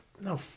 No